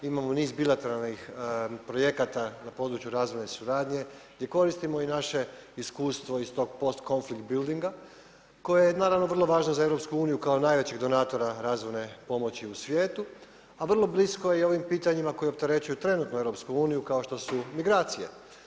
Imamo niz bilateralnih projekata na području razvojne suradnje gdje koristimo i naše iskustvo iz tog post konflikt bildinga koje je naravno vrlo važno za Europsku uniju kao najvećeg donatora razvojne pomoći u svijetu, a vrlo blisko i ovim pitanjima koji opterećuju trenutno Europsku uniju kao što su migracije.